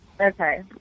Okay